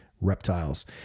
reptiles